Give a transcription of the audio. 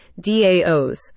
DAOs